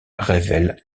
révèle